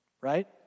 right